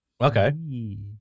Okay